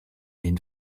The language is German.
den